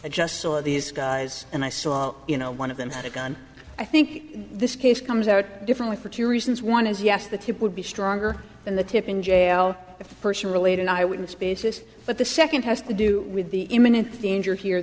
i just saw these guys and i saw you know one of them had a gun i think this case comes out differently for two reasons one is yes the tip would be stronger than the tip in jail if the person related i wouldn't spaces but the second has to do with the imminent danger here